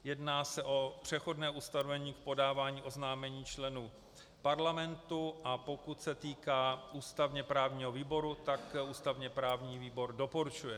Jedná se o přechodné ustanovení k podávání oznámení členů Parlamentu, a pokud se týká ústavněprávního výboru, tak ústavněprávní výbor doporučuje.